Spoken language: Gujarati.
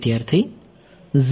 વિદ્યાર્થી 0